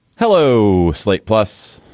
hello. slate plus,